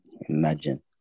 Imagine